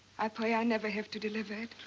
i pray i never have to deliver